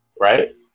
Right